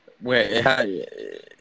wait